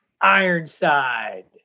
ironside